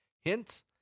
Hint